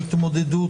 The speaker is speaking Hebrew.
להתמודדות,